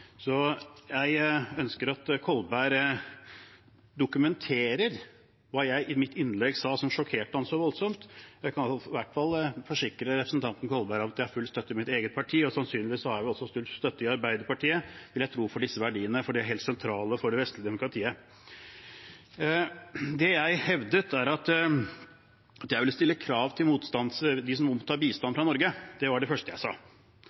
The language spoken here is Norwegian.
Så jeg ønsker at Kolberg dokumenterer hva i mitt innlegg som sjokkerte ham så voldsomt. Jeg kan i hvert fall forsikre representanten Kolberg om at jeg har full støtte i mitt eget parti. Sannsynligvis har jeg også full støtte i Arbeiderpartiet for disse verdiene, for de er helt sentrale for det vestlige demokratiet. Det jeg hevdet, var at jeg ville stille krav til dem som mottar bistand fra Norge. Det var det første jeg sa.